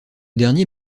dernier